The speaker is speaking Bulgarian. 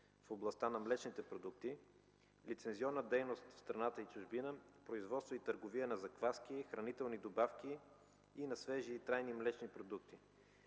в областта на млечните продукти; лицензионна дейност в страната и чужбина; производство и търговия на закваски, на хранителни добавки и на свежи и трайни млечни продукти.